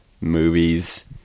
movies